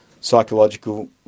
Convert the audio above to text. psychological